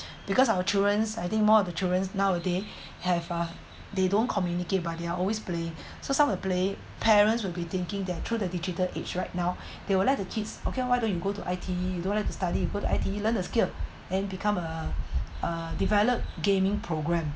because our childrens I think more of the childrens nowaday have uh they don't communicate but they're always play so some of the play parents will be thinking that through the digital age right now they would let the kids okay why don't you go to I_T you don't have to study you go to I_T learn a skill and become a uh uh develop gaming programme